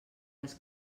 les